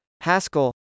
haskell